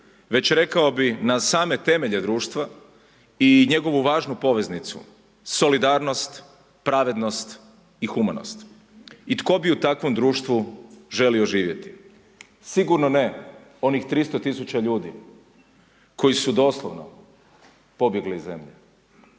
već rekao bih na same temelje društva i njegovu važnu poveznicu solidarnost, pravednost i humanost. I tko bi u takvom društvu želio živjeti? Sigurno ne onih 300 tisuća ljudi koji su doslovno pobjegli iz zemlje.